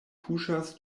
puŝas